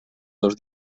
dos